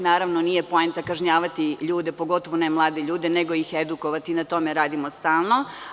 Nije poenta kažnjavati ljude, pogotovo ne mlade ljude, nego ih edukovati i na tome radimo stalno.